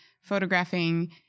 photographing